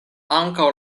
ankaŭ